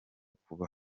kuba